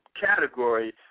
category